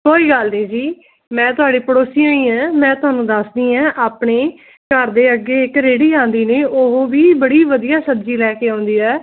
ਕੋਈ ਗੱਲ ਨਹੀਂ ਜੀ ਮੈਂ ਤੁਹਾਡੀ ਪੜੋਸੀ ਹੋਈ ਹਾਂ ਮੈਂ ਤੁਹਾਨੂੰ ਦੱਸਦੀ ਹਾਂ ਆਪਣੇ ਘਰ ਦੇ ਅੱਗੇ ਇੱਕ ਰੇੜੀ ਆਉਂਦੀ ਨੇ ਉਹ ਵੀ ਬੜੀ ਵਧੀਆ ਸਬਜ਼ੀ ਲੈ ਕੇ ਆਉਂਦੀ ਹੈ